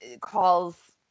calls